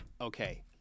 Okay